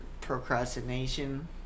Procrastination